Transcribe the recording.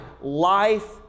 life